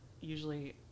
usually